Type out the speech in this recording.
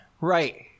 right